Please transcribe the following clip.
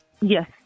Yes